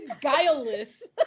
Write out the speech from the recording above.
guileless